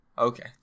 Okay